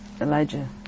Elijah